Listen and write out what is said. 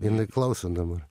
jinai klauso dabar